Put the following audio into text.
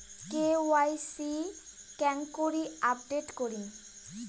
KYC কেঙ্গকরি update করিম?